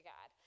God